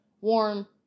warm